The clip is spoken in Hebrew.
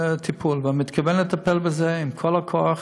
טיפול, ואני מתכוון לטפל בזה עם כל הכוח.